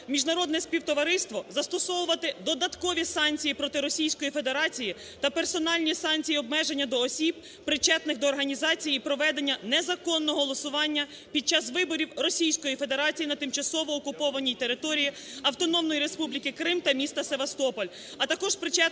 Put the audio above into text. Міжнародне співтовариство застосовувати додаткові санкції проти Російської Федерації та персональні санкції обмеження до осіб причетних до організації і проведення незаконного голосування під час виборів Російської Федерації на тимчасово окупованій території Автономної Республіки Крим та міста Севастополь. А також причетних